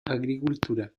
agricultura